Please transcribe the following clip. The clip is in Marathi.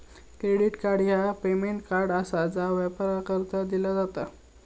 क्रेडिट कार्ड ह्या पेमेंट कार्ड आसा जा वापरकर्त्यांका दिला जात